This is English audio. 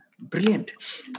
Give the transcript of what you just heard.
Brilliant